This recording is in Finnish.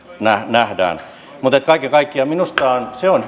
nähdään mutta kaiken kaikkiaan minusta on